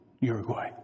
Uruguay